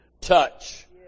touch